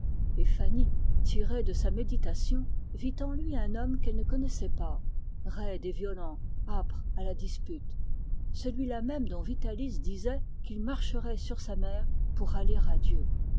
fanny tirée de sa méditation vit en lui un homme qu'elle ne connaissait pas raide et violent âpre à la dispute celui-là même dont vitalis disait qu'il marcherait sur sa mère pour aller à dieu